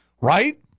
Right